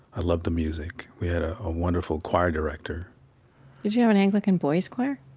i loved the music. we had a ah wonderful choir director did you have an anglican boys' choir?